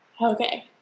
Okay